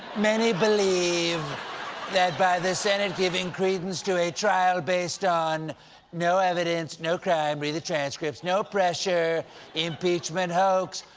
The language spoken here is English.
many believe that by the senate giving credence to a trial based on the no evidence, no crime, read the transcripts, no pressure impeachment hoax,